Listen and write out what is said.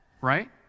right